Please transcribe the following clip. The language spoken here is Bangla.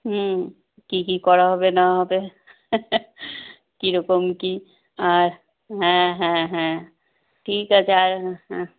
হুম কী কী করা হবে না হবে কী রকম কী আর হ্যাঁ হ্যাঁ হ্যাঁ ঠিক আছে আর হ্যাঁ